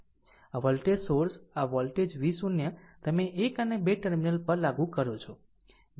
આ voltage source આ voltage V0 તમે 1 અને 2 ટર્મિનલ લાગુ કરો છો